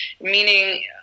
meaning